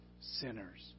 sinners